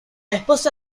esposa